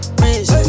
bridge